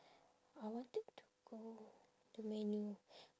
I wanted to go the menu